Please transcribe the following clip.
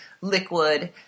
liquid